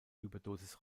überdosis